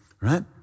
right